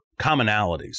commonalities